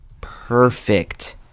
perfect